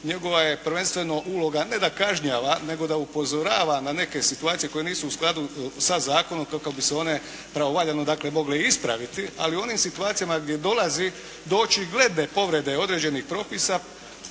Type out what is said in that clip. njegova je prvenstveno uloga ne kažnjava nego da upozorava na neke situacije koje nisu u skladu sa zakonom, to kada bi se one pravovaljano dakle mogle ispraviti, ali u onim situacijama gdje dolazi do očigledne povrede određenih propisa